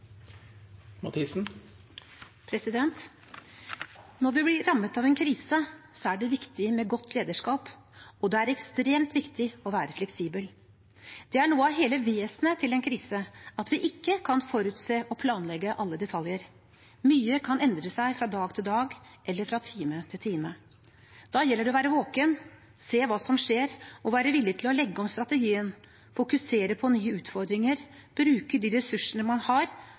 det viktig med godt lederskap, og det er ekstremt viktig å være fleksibel. Det er noe av hele vesenet til en krise at vi ikke kan forutse og planlegge alle detaljer. Mye kan endre seg fra dag til dag eller fra time til time. Da gjelder det å være våken, se hva som skjer, være villig til å legge om strategien, fokusere på nye utfordringer og bruke de ressursene man har,